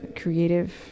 creative